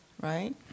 right